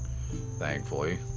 thankfully